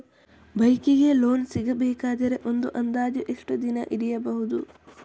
Bike ಗೆ loan ಸಿಗಬೇಕಾದರೆ ಒಂದು ಅಂದಾಜು ಎಷ್ಟು ದಿನ ಹಿಡಿಯಬಹುದು?